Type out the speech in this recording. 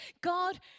God